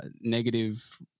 negative